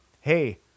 hey